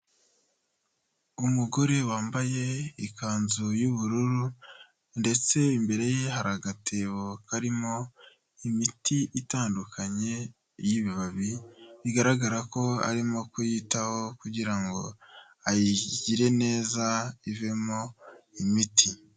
Umugore wambaye ikanzu y'ubururu, ndetse imbere ye har’agatebo karimo imiti itandukanye y'ibibabi, bigaragara ko arimo kuyitaho kugira ngo ayigire neza ivemo imiti.